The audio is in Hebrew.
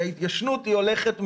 מתום מה הולכת ההתיישנות?